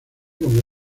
con